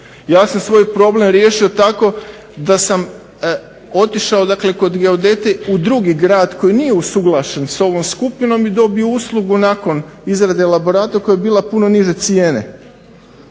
Ja sam svoj problem riješio tako da sam otišao kod geodete u drugi grad koji nije usuglašen s ovom skupinom i dobio uslugu nakon izrade elaborata koja je bila puno niže cijene.